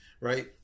right